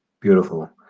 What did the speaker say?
beautiful